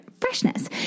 freshness